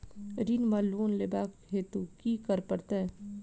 ऋण वा लोन लेबाक हेतु की करऽ पड़त?